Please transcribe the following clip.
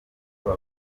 nibo